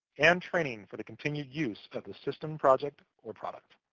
and training for the continued use of the system, project, or product.